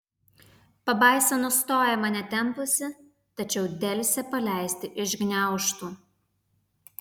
pabaisa nustoja mane tempusi tačiau delsia paleisti iš gniaužtų